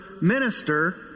minister